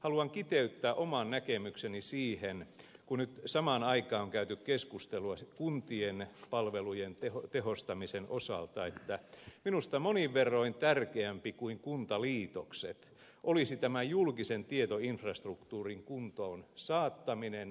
haluan kiteyttää oman näkemykseni siihen kun nyt samaan aikaan on käyty keskustelua kuntien palvelujen tehostamisen osalta että minusta monin verroin tärkeämpi kuin kuntaliitokset olisi tämän julkisen tietoinfrastruktuurin kuntoon saattaminen